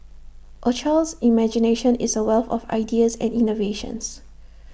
A child's imagination is A wealth of ideas and innovations